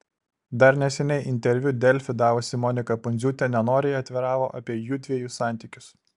dar neseniai interviu delfi davusi monika pundziūtė nenoriai atviravo apie jųdviejų santykius